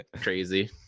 Crazy